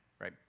right